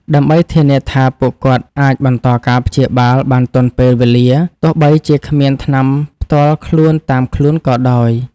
ដើម្បីធានាថាពួកគាត់អាចបន្តការព្យាបាលបានទាន់ពេលវេលា ទោះបីជាគ្មានថ្នាំផ្ទាល់ខ្លួនតាមខ្លួនក៏ដោយ។